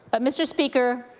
but mr. speaker,